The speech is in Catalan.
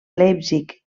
leipzig